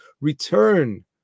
return